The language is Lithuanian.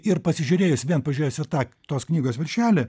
ir pasižiūrėjus vien pažiūrėjus į tą tos knygos viršelį